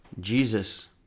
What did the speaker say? Jesus